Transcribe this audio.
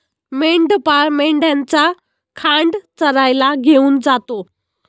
मेंढपाळ मेंढ्यांचा खांड चरायला घेऊन जातो